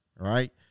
Right